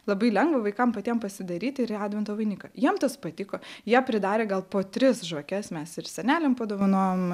labai lengva vaikam patiem pasidaryti ir į advento vainiką jiems tas patiko jie pridarė gal po tris žvakes mes ir seneliam padovanojom